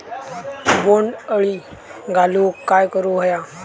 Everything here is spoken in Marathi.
बोंड अळी घालवूक काय करू व्हया?